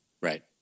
Right